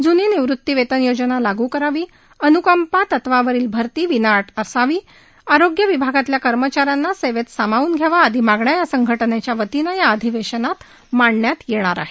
जूनी निवृती वेतन योजना लागू करावी अनुकंपा तत्वावरील भरती विनाअट करावी आरोग्य विभागातल्या कर्मचाऱ्यांना सेवेत सामावून घ्यावं आदी मागण्या या संघटनेच्या वतीनं या अधिवेशनात मांडण्यात येणार आहेत